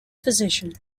physician